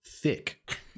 thick